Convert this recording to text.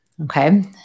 okay